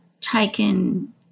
taken